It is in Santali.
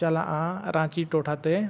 ᱪᱟᱞᱟᱜᱼᱟ ᱨᱟᱺᱪᱤ ᱴᱚᱴᱷᱟᱛᱮ